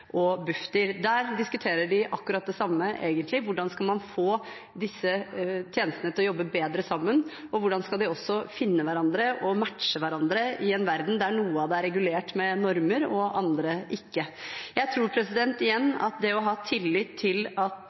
og Bufdir. Der diskuterte de egentlig akkurat det samme: hvordan man skal få disse tjenestene til å jobbe bedre sammen, og hvordan de også skal finne hverandre og matche hverandre i en verden der noe er regulert med normer, og annet ikke. Jeg tror igjen at det å ha tillit til at